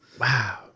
Wow